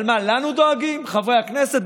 אבל מה, לנו דואגים, חברי הכנסת.